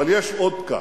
אבל יש עוד פקק,